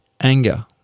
anger